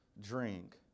drink